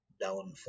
downfall